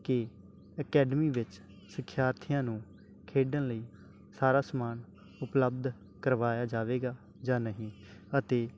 ਕਿ ਅਕੈਡਮੀ ਵਿੱਚ ਸਿੱਖਿਆਰਥੀਆਂ ਨੂੰ ਖੇਡਣ ਲਈ ਸਾਰਾ ਸਮਾਨ ਉਪਲੱਬਧ ਕਰਵਾਇਆ ਜਾਵੇਗਾ ਜਾਂ ਨਹੀਂ ਅਤੇ